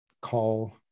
call